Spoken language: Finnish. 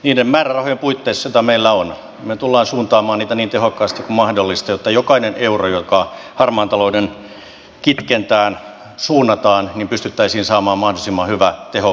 niiden määrärahojen puitteissa joita meillä on me tulemme suuntaamaan niitä niin tehokkaasti kuin mahdollista jotta jokaisella eurolla joka harmaan talouden kitkentään suunnataan pystyttäisiin saamaan mahdollisimman hyvä tehovaikutus